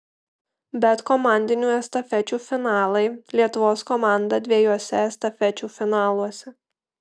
bet komandinių estafečių finalai lietuvos komanda dviejuose estafečių finaluose